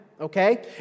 Okay